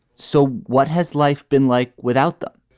so what has life been like without them?